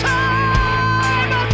time